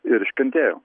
ir iškentėjo